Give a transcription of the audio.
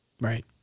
Right